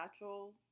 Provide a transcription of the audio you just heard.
natural